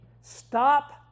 stop